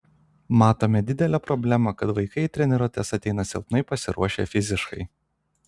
matome didelę problemą kad vaikai į treniruotes ateina silpnai pasiruošę fiziškai